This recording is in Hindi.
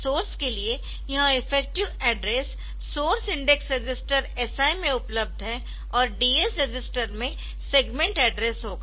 सोर्स के लिए यह effective address source index register SI में उपलब्ध है और DS रजिस्टर में सेगमेंट एड्रेस होगा